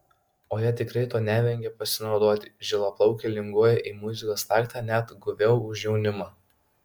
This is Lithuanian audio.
o jie tikrai tuo nevengia pasinaudoti žilaplaukiai linguoja į muzikos taktą net guviau už jaunimą